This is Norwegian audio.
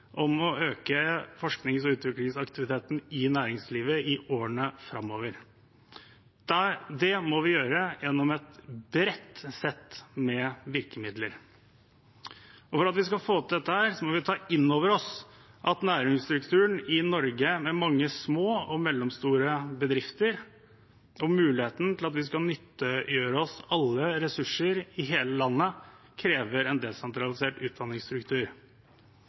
om å øke forsknings- og utviklingsaktiviteten i næringslivet i årene framover. Det må vi gjøre gjennom et bredt sett med virkemidler. Og for at vi skal få til dette, må vi ta inn over oss at næringsstrukturen i Norge, med mange små og mellomstore bedrifter, og muligheten til å nyttiggjøre oss alle ressurser i hele landet, krever en desentralisert utdanningsstruktur.